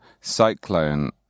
cyclone